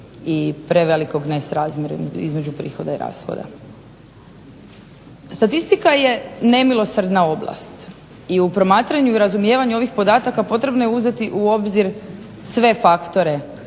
i prevelikog nesrazmjera između prihoda i rashoda. Statistika je nemilosrdna oblast i u promatranju i razumijevanju ovih podataka potrebno je uzeti u obzir sve faktore